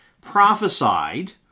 prophesied